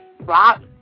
rock